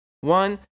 one